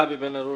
גבי הן-הרוש,